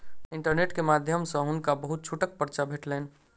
internet के माध्यम सॅ हुनका बहुत छूटक पर्चा भेटलैन